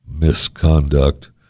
misconduct